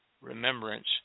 remembrance